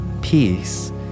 peace